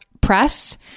press